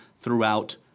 throughout